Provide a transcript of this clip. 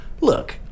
look